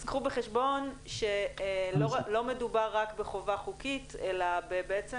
אז קחו בחשבון שלא מדובר רק בחובה חוקית אלא בעצם